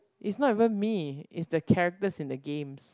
is not even me is the characters in the games